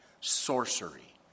sorcery